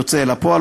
יוצא אל הפועל,